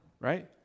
Right